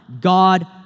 God